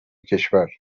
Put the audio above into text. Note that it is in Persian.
کشور